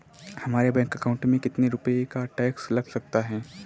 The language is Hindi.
हमारे बैंक अकाउंट में कितने रुपये पर टैक्स लग सकता है?